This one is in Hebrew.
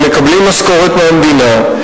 הם מקבלים משכורת מהמדינה,